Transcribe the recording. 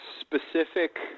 specific